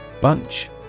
Bunch